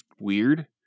weird